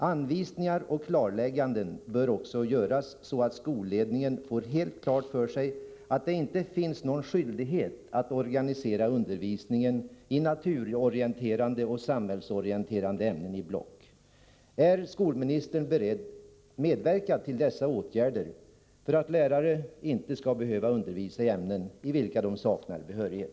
Anvisningar och klarlägganden bör också göras, så att skolledningen får helt klart för sig att det inte finns någon skyldighet att organisera undervisningen i naturorienterande och samhällsorienterande ämnen i block. Är skolministern beredd att medverka till dessa åtgärder, så att lärare inte behöver undervisa i ämnen i vilka de saknar behörighet?